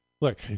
Look